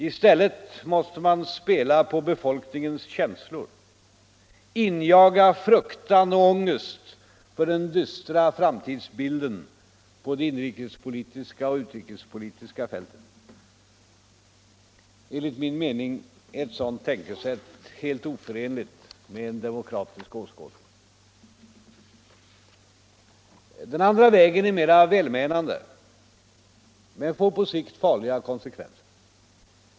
I stället måste man spela på befolkningens känslor, injaga fruktan och ångest för den dystra framtidsbilden på det inrikespolitiska och utrikespolitiska fältet. Enligt min mening är ett sådant tänkesätt helt oförenligt med en demokratisk åskådning. Den andra vägen är mer välmenande men får på sikt farliga konsekvenser.